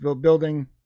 building